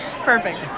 perfect